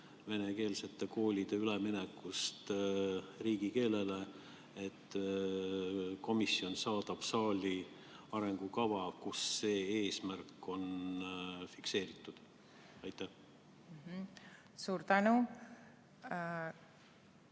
venekeelsete koolide üleminekust riigikeelele, saadab komisjon saali arengukava, kus see eesmärk on fikseeritud. Suur tänu!